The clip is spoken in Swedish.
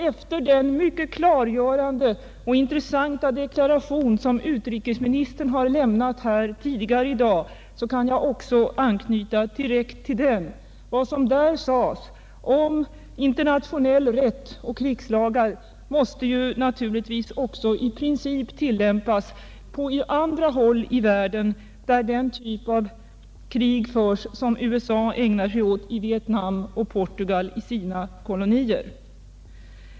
Efter den mycket klargörande och intressanta deklaration som utrikesministern har lämnat här tidigare i dag kan jag även anknyta direkt till den. Vad som där sades om internationell rätt och krigslagarna måste naturligtvis i princip tillämpas på andra håll i världen, där den typ av krig föres som USA ägnar sig åt i Vietnam och Portugal ägnar sig åt i sina kolonier.